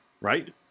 right